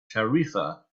tarifa